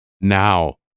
Now